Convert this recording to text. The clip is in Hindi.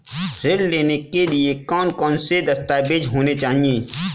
ऋण लेने के लिए कौन कौन से दस्तावेज होने चाहिए?